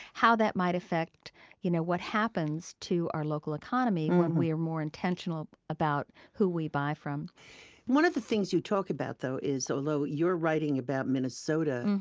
how that might affect you know what happens to our local economy when we're more intentional about who we buy from one of the things you talk about is, although you're writing about minnesota,